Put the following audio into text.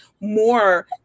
more